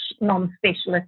non-specialist